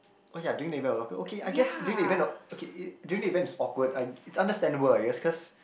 oh ya during the event a lot okay I guess during the event okay during the event it's awkward I it's understandable I guess cause